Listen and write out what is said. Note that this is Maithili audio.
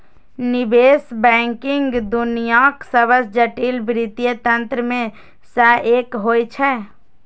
निवेश बैंकिंग दुनियाक सबसं जटिल वित्तीय तंत्र मे सं एक होइ छै